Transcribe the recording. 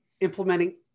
Implementing